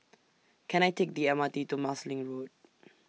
Can I Take The M R T to Marsiling Road